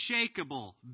unshakable